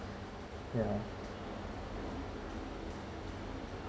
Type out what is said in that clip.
ya